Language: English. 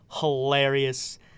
Hilarious